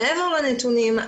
מעבר לנתונים,